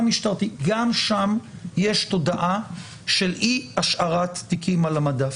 יש תודעה של אי השארת תיקים על המדף.